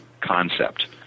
concept